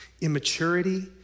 immaturity